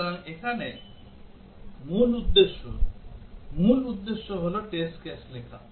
সুতরাং এখানে মূল উদ্দেশ্য মূল উদ্দেশ্য হল টেস্ট কেস লেখা